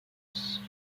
noces